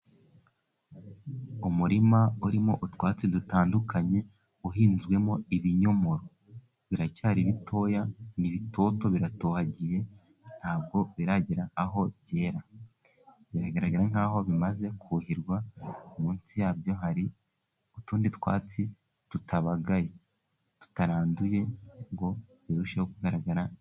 Umurima urimo utwatsi dutandukanye, uhinzwemo ibinyomoro. Biracyari bitoya, ni bitoto, biratohagiye, nta bwo biragera aho byera. Biragaragara nk'aho bimaze kuhirwa, munsi ya byo hari utundi twatsi tutabagaye tutaranduye, ngo birusheho kugaragara.